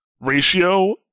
ratio